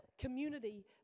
Community